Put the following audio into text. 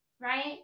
right